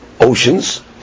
oceans